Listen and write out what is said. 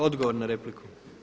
Odgovor na repliku.